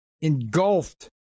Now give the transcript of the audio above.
engulfed